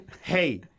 hey